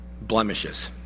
Blemishes